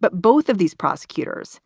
but both of these prosecutors